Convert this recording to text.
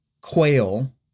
quail